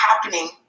happening